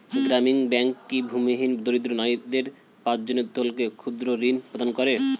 গ্রামীণ ব্যাংক কি ভূমিহীন দরিদ্র নারীদের পাঁচজনের দলকে ক্ষুদ্রঋণ প্রদান করে?